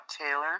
Taylor